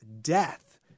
death